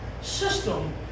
system